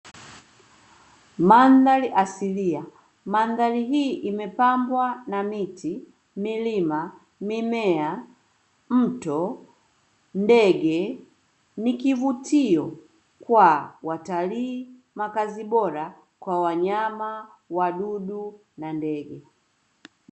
Mandhari asilia, mandhari hii imepambwa na miti, milima, mimea, mto, ndege ni kivutio kwa watalii, makazi bora kwa wanyama, wadudu na ndege.